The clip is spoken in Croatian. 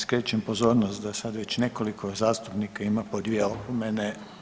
Srećem pozornost da sad već nekoliko zastupnika ima po dvije opomene.